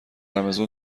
رمضون